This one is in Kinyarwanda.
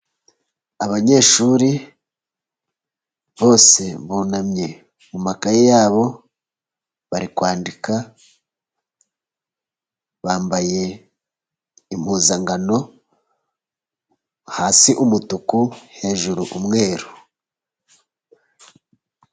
Abanyeshuri bose bunamye mu makaye yabo, bari kwandika. Bambaye impuzangano hasi umutuku, hejuru umweru.